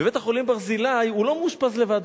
בבית-החולים "ברזילי" הוא לא מאושפז לבד.